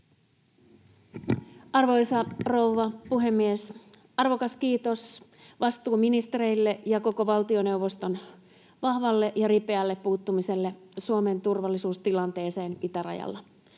Arvoisa rouva puhemies! Arvokas kiitos vastuuministereille ja koko valtioneuvostolle vahvasta ja ripeästä puuttumisesta Suomen turvallisuustilanteeseen itärajalla.